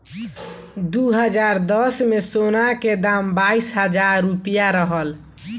दू हज़ार दस में, सोना के दाम बाईस हजार रुपिया रहल